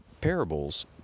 Parables